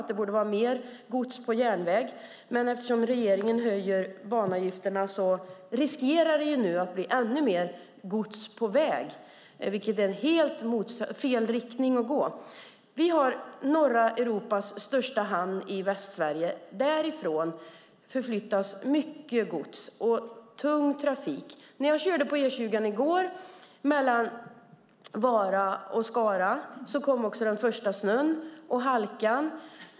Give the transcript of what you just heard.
Det borde vara mer gods på järnväg, men eftersom regeringen höjer banavgifterna riskerar det att bli ännu mer gods på väg, vilket är helt fel riktning att gå. Vi har norra Europas största hamn i Västsverige. Därifrån förflyttas mycket gods, vilket betyder tung trafik. När jag körde på E20 i går mellan Vara och Skara kom den första snön och halkan.